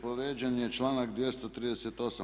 Povrijeđen je članak 238.